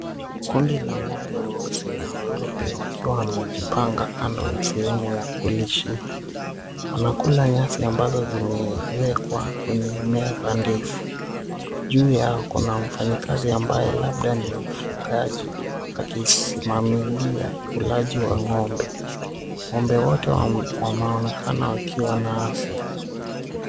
Kundi la ng'ombe weusi na weupe wakiwa wamejipanga kando ya sehemu ya kulishia. Wanakula nyasi ambazo zimewekwa kwenye meza ndefu. Juu yao kuna mfanyakazi ambaye labda ni mfugaji akisimamilia ulaji wa ng'ombe. Ng'ombe wote wanaonekana wakiwa na afya.